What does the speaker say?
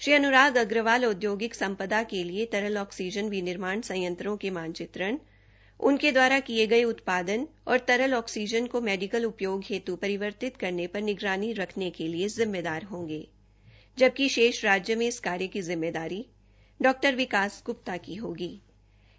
श्री अन्राग अग्रवाल औद्योगिकी सम्पदा के लिए तरल ऑक्सीजन विनिर्माण संयंत्रो के मानचित्रण उनके द्वारा किये गये उत्पादन और तरल ऑक्सीजन को मेडिकल उपयोग हेत् परिवर्तित करने पर निगरानी हेतु जिम्मेदार होंगे जबकि शेष राज्य मे इस कार्य की जिम्मेदारी डॉ विकास ग्प्ता को सौंपी गई है